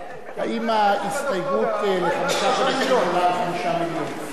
זה רק 3 מיליון,